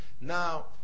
Now